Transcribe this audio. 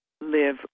live